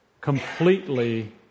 Completely